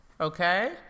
okay